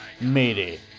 Mayday